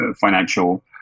financial